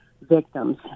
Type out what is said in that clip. victims